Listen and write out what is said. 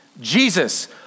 Jesus